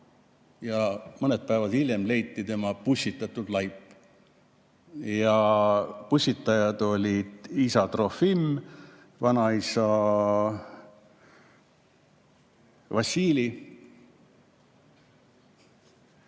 ja mõned päevad hiljem leiti tema pussitatud laip. Pussitajad olid isa Trofim, vanaisa Vassili